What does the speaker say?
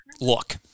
look